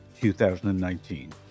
2019